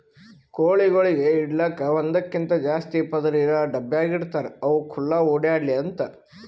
ಕೋಳಿಗೊಳಿಗ್ ಇಡಲುಕ್ ಒಂದಕ್ಕಿಂತ ಜಾಸ್ತಿ ಪದುರ್ ಇರಾ ಡಬ್ಯಾಗ್ ಇಡ್ತಾರ್ ಅವು ಖುಲ್ಲಾ ಓಡ್ಯಾಡ್ಲಿ ಅಂತ